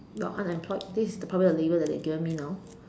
you are unemployed this the probably a label that they have given me now